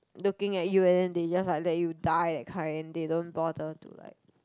looking at you and then they just like let you die that kind they don't bother to like